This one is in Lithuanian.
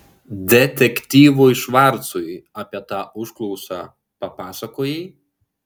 detektyvui švarcui apie tą užklausą papasakojai